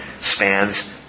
spans